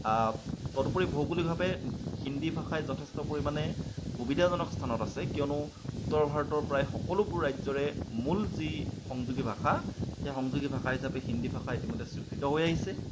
তদুপৰি ভৌগোলিকভাৱে হিন্দী ভাষাই যথেষ্ট পৰিমাণে সুবিধাজনক স্থানত আছে কিয়নো উত্তৰ ভাৰতৰ প্ৰায় সকলোবোৰ ৰাজ্যৰে মূল যি সংযোগী ভাষা সেই সংযোগী ভাষা হিচাপে হিন্দী ভাষা ইতিমধ্যে স্বীকৃত হৈ আহিছে